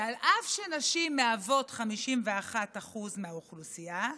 שאף שנשים מהוות 51% מהאוכלוסייה,